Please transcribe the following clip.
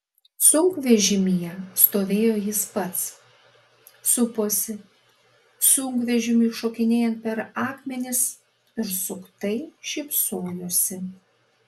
sunkvežimyje stovėjo jis pats suposi sunkvežimiui šokinėjant per akmenis ir suktai šypsojosi